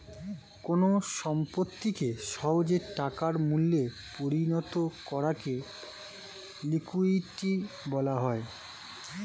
কোন সম্পত্তিকে সহজে টাকার মূল্যে পরিণত করাকে লিকুইডিটি বলা হয়